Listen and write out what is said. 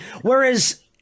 Whereas